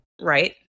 right